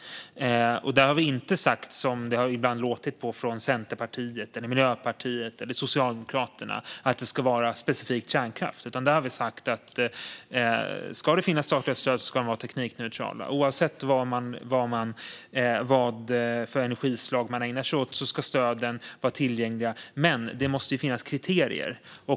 På Centerpartiet, Miljöpartiet och Socialdemokraterna har det ibland låtit som om vårt beslut skulle ha handlat specifikt om kärnkraft, men det vi har sagt är att om det ska finnas statliga stöd ska de vara teknikneutrala. Oavsett vad det är för energislag man ägnar sig åt ska stöden vara tillgängliga, men det måste finnas kriterier.